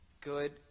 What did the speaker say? good